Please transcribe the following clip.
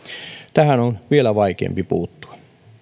tähän on vielä vaikeampi puuttua